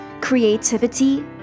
creativity